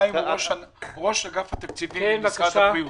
חיים הופרט הוא ראש אגף התקציבים במשרד הבריאות.